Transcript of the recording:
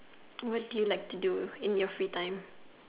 what do you like to do in your free time